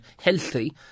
healthy